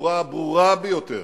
בצורה הברורה ביותר,